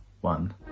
one